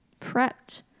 prepped